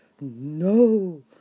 no